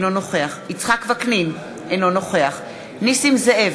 אינו נוכח יצחק וקנין, אינו נוכח נסים זאב,